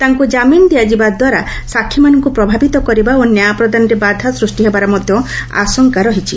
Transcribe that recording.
ତାଙ୍କୁ କାମିନ୍ ଦିଆଯିବା ଦ୍ୱାରା ସାକ୍ଷୀମାନଙ୍କୁ ପ୍ରଭାବିତ କରିବା ଓ ନ୍ୟାୟ ପ୍ରଦାନରେ ବାଧା ସୃଷ୍ଟି ହେବାର ମଧ୍ୟ ଆଶଙ୍କା ରହିଛି